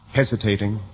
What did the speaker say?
hesitating